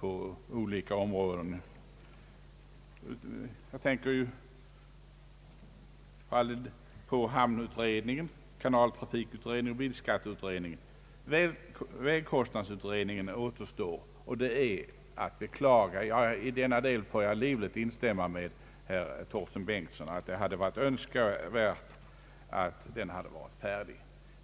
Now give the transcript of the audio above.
pågått på olika områden — hamnutredningen, kanaltrafikutredningen, bilskatteutredningen. Vägkostnadsutredningen återstår, vilket är att beklaga, och jag får i denna del livligt instämma med herr Torsten Bengtson i att det hade varit önskvärt att även denna utredning hade varit klar.